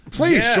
please